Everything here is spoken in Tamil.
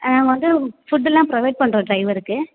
வந்து ஃபுட்டெல்லாம் ப்ரொவைட் பண்ணுறோம் டிரைவருக்கு